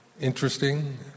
interesting